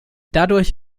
dadurch